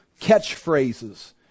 catchphrases